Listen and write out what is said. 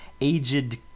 aged